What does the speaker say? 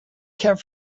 care